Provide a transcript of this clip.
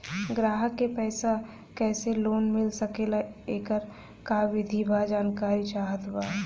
ग्राहक के कैसे कैसे लोन मिल सकेला येकर का विधि बा जानकारी चाहत बा?